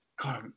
God